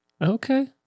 Okay